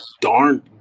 darn